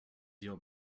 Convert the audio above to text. your